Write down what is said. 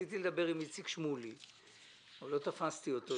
ניסיתי לדבר עם איציק שמולי אתמול אבל לא תפסתי אותו.